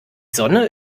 sonne